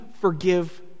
forgive